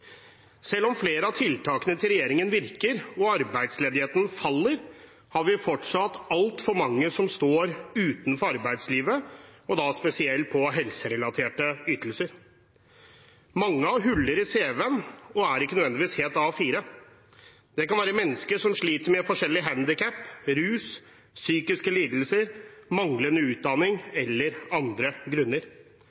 Selv om flere av tiltakene til regjeringen virker, og arbeidsledigheten faller, har vi fortsatt altfor mange som står utenfor arbeidslivet, og da spesielt når det gjelder helserelaterte ytelser. Mange har huller i cv-en og er ikke nødvendigvis helt A4. Det kan være mennesker som sliter med forskjellige handikap, rus, psykiske lidelser, manglende utdanning